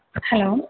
hello